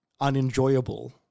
unenjoyable